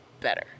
better